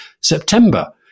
September